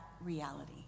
reality